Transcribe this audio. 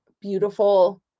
beautiful